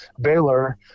Baylor